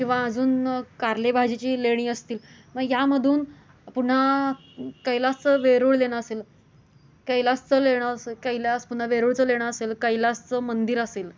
किंवा अजून कारले भाजीची लेणी असतील मग यामधून पुन्हा कैलासचं वेरूळ लेणं असेल कैलासचं लेणं असेल कैलास पुन्हा वेरूळचं लेणं असेल कैलासचं मंदिर असेल